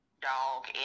dog